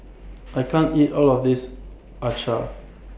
I can't eat All of This Acar